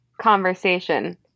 conversation